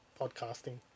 podcasting